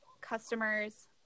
customers